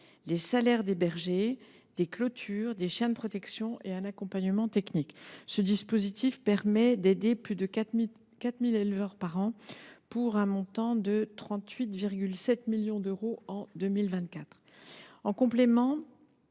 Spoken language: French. le salaire des bergers, les clôtures, les chiens de protection et un accompagnement technique. Ce dispositif permet d’aider plus de 4 000 éleveurs par an, pour un montant de 38,7 millions d’euros en 2024. En complément,